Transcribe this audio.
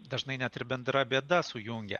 dažnai net ir bendra bėda sujungia